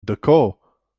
daco